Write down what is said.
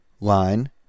line